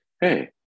hey